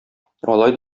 алай